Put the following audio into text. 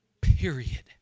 Period